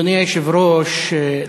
אדוני היושב-ראש,